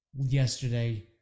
yesterday